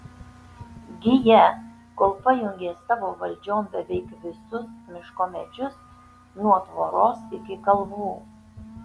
giją kol pajungė savo valdžion beveik visus miško medžius nuo tvoros iki kalvų